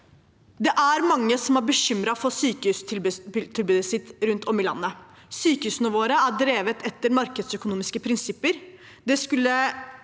Det er mange som er bekymret for sykehustilbudet sitt rundt om i landet. Sykehusene våre er drevet etter markedsøkonomiske prinsipper.